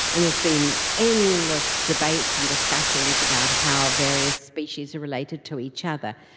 and there's been endless debates and discussions about how various species are related to each other,